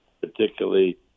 particularly